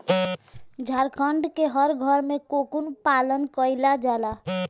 झारखण्ड के हर घरे में कोकून पालन कईला जाला